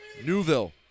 Newville